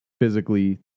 physically